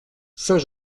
saint